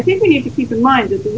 i think we need to keep in mind that the